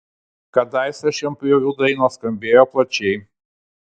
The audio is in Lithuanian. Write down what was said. kadaise šienpjovių dainos skambėjo plačiai